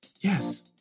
Yes